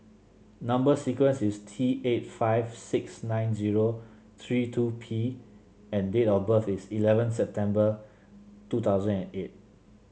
number sequence is T eight five six nine zero three two P and date of birth is eleven September two thousand and eight